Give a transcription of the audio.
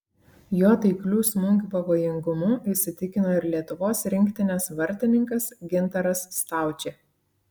jo taiklių smūgių pavojingumu įsitikino ir lietuvos rinktinės vartininkas gintaras staučė